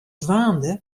dwaande